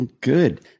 Good